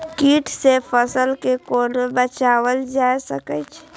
कीट से फसल के कोना बचावल जाय सकैछ?